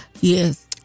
yes